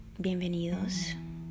Bienvenidos